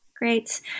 Great